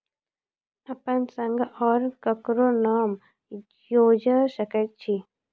अपन संग आर ककरो नाम जोयर सकैत छी?